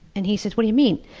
and he said, what do you mean?